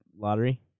lottery